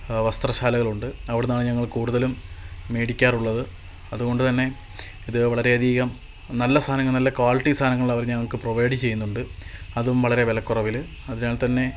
വസ്ത്രശാലകളുണ്ട് അവിടുന്നാണ് ഞങ്ങൾ കൂടുതലും മേടിക്കാറുള്ളത് അതുകൊണ്ട് തന്നെ ഇത് വളരെയധികം നല്ല സാധനങ്ങൾ നല്ല ക്വാളിറ്റി സാധനങ്ങളവര് ഞങ്ങൾക്ക് പ്രൊവൈഡ് ചെയ്യുന്നുണ്ട് അതും വളരെ വിലക്കുറവില് അതിനാൽ തന്നെ